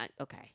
Okay